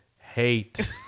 hate